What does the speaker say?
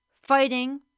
fighting